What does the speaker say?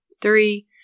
Three